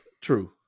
True